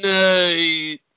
night